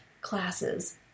classes